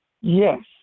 Yes